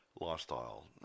lifestyle